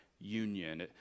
union